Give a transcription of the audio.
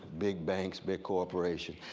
big banks, big corporation.